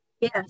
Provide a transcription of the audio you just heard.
Yes